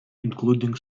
including